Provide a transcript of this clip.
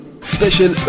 Special